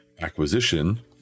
acquisition